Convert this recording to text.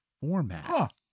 format